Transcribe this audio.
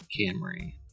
Camry